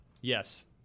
Yes